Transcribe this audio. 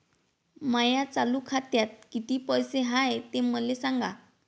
माया चालू खात्यात किती पैसे हाय ते मले सांगा